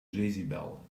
jezebel